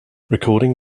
recording